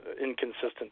inconsistent